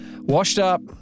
washed-up